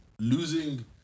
losing